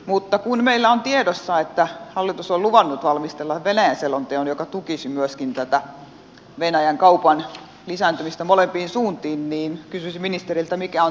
mutta kun meillä on tiedossa että hallitus on luvannut valmistella venäjä selonteon joka tukisi myöskin tätä venäjän kaupan lisääntymistä molempiin suuntiin kysyisin ministeriltä mikä on tämän tilanne